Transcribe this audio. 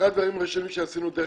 שאחד הדברים הראשונים למשל שעשינו דרך